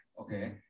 okay